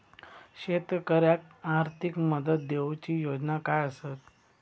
शेतकऱ्याक आर्थिक मदत देऊची योजना काय आसत?